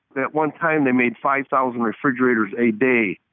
at one time they made five thousand refrigerators a day.